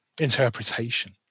interpretation